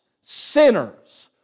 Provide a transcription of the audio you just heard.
sinners